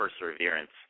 perseverance